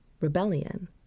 rebellion